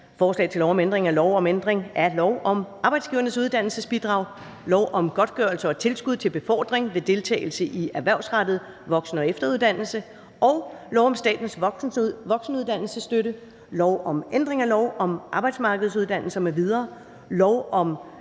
ændring af lov om ændring af lov om Arbejdsgivernes Uddannelsesbidrag, lov om godtgørelse og tilskud til befordring ved deltagelse i erhvervsrettet voksen- og efteruddannelse og lov om statens voksenuddannelsesstøtte, lov om ændring af lov om arbejdsmarkedsuddannelser m.v., lov om